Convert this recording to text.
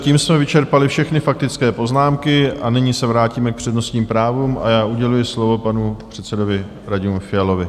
Tím jsme vyčerpali všechny faktické poznámky, a nyní se vrátíme k přednostním právům, a já uděluji slovo panu předsedovi Radimu Fialovi.